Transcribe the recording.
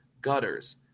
gutters